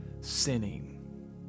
sinning